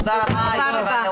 תודה רבה.